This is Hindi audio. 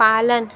पालन